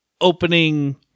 opening